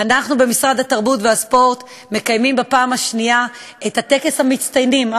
אנחנו במשרד התרבות והספורט מקיימים בפעם השנייה את טקס המצטיינים,